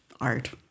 art